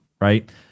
Right